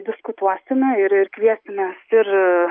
diskutuosime ir ir kviesimės ir